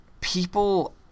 People